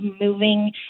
moving